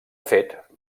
fet